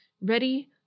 ready